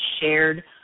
shared